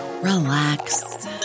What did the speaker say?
relax